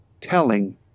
telling